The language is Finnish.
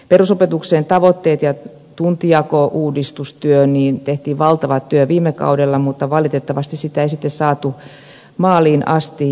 perusopetuksen tavoitteissa ja tuntijakouudistustyössä tehtiin valtava työ viime kaudella mutta valitettavasti sitä ei sitten saatu maaliin asti